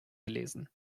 gelesen